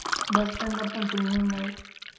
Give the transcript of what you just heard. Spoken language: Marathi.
बस स्टँडला पण सिग्नल नाही